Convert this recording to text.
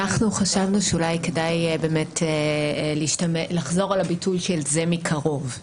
אנחנו חשבנו שאולי כדאי לחזור על הביטוי של "זה מקרוב".